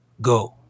go